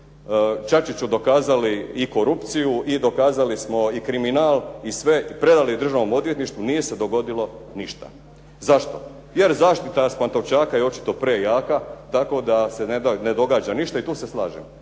Čačiću dokazali i korupciju i dokazali smo i kriminal i sve. Predali državnom odvjetništvu. Nije se dogodilo ništa. Zašto? Jer zaštita s Pantovčaka je očito prejaka, tako da se ne događa ništa. I tu se slažem.